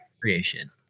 creation